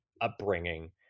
upbringing